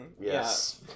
yes